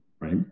right